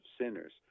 sinners